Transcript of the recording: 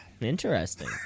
interesting